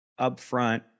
upfront